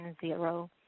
zero